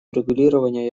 урегулирования